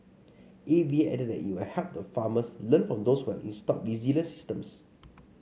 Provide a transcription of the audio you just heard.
A V A added that it will help the farmers learn from those who have installed resilient systems